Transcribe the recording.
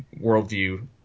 worldview